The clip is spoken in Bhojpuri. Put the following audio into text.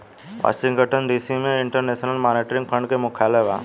वॉशिंगटन डी.सी में इंटरनेशनल मॉनेटरी फंड के मुख्यालय बा